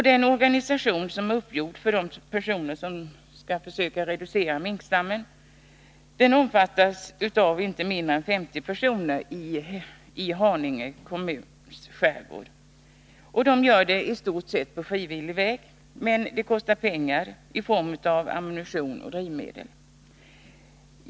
Den organisation som är uppgjord för de personer som skall försöka reducera minkstammen omfattar inte mindre än 50 personer i Haninge kommuns skärgård. De utför detta arbete i stort sett på frivillig väg, men ammunition och drivmedel kostar pengar.